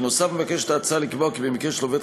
בנוסף מבקשת ההצעה לקבוע כי במקרה של עובד